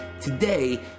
Today